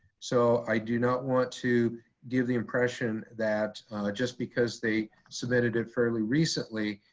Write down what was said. so i do not want to give the impression that just because they submitted it fairly recently,